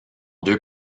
deux